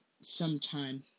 sometime